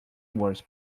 words